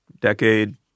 decade